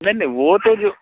नहीं नहीं वो तो जो